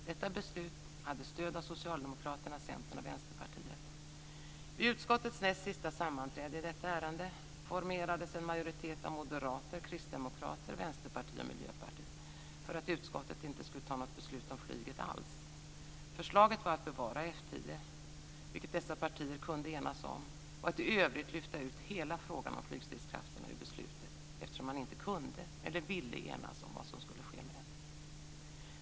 Detta beslut hade stöd av Socialdemokraterna, Centern och Vid utskottets näst sista sammanträde i detta ärende formerades en majoritet av Moderaterna, Kristdemokraterna, Vänsterpartiet och Miljöpartiet för att utskottet inte skulle fatta något beslut alls om flyget. Förslaget var att bevara F 10, vilket dessa partier kunde enas om, och att i övrigt lyfta ut hela frågan om flygstridskrafterna ur beslutet, eftersom man inte kunde eller ville enas om vad som skulle ske.